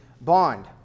bond